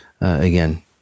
again